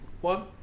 one